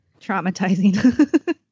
Traumatizing